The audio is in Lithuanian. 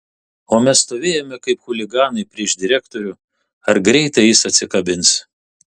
o mes stovėjome kaip chuliganai prieš direktorių ar greitai jis atsikabins